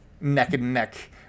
neck-and-neck